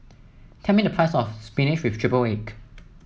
tell me the price of spinach with triple egg